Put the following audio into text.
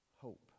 hope